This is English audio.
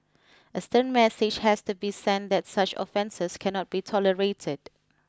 a stern message has to be sent that such offences cannot be tolerated